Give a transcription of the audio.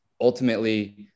Ultimately